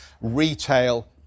Retail